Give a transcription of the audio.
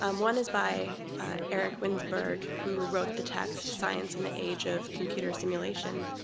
um one is by eric winsberg, who wrote the text science in the age of computer simulation,